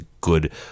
good